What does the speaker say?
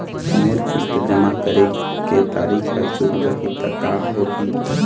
मोर किस्त जमा करे के तारीक हर चूक जाही ता का होही?